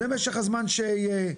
זה משך הזמן שאהיה.